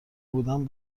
بودم